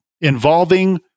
involving